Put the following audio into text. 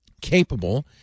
capable